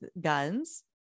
guns